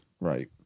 Right